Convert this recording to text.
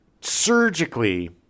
surgically